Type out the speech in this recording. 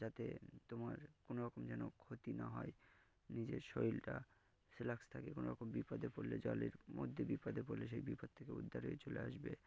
যাতে তোমার কোনোরকম যেন ক্ষতি না হয় নিজের শরীরটা চিলাক্স থাকে কোনো রকম বিপদে পড়লে জলের মধ্যে বিপদে পড়লে সেই বিপদ থেকে উদ্ধার হয়ে চলে আসবে